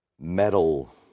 metal